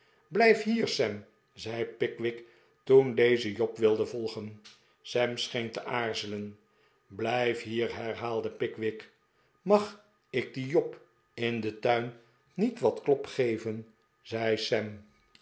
blijf hier sam zei pickwick toen deze job wilde volgen sam scheen te aarzelen blijf hier herhaalde pickwick mag ik dien job in den tuin niet wat klop geven zei